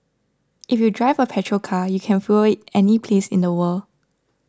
if you drive a petrol car you can fuel it any place in the world